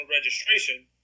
registration